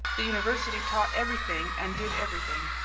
the university taught everything and did everything.